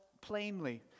plainly